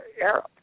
Arab